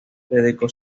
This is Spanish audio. dedicó